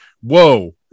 whoa